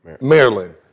Maryland